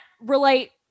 relate